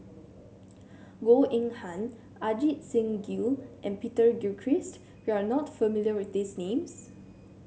Goh Eng Han Ajit Singh Gill and Peter Gilchrist you are not familiar with these names